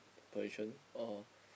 position or